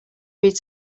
read